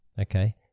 okay